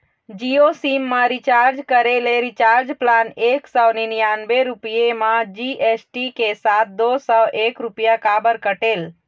Jio SIM मा recharge करे ले रिचार्ज प्लान एक सौ निन्यानबे रुपए मा जी.एस.टी के साथ दो सौ एक रुपया काबर कटेल?